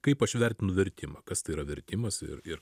kaip aš vertinu vertimą kas tai yra vertimas ir ir